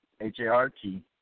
H-A-R-T